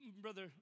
brother